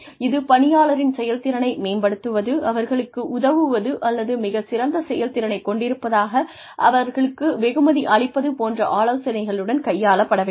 இது பணியாளரின் செயல்திறனை மேம்படுத்துவது அவர்களுக்கு உதவுவது அல்லது மிகச்சிறந்த செயல்திறனைக் கொண்டிருப்பதற்காக அவர்களுக்கு வெகுமதி அளிப்பது போன்ற ஆலோசனைகளுடன் கையாளப்பட வேண்டும்